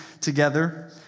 together